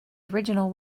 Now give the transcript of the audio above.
original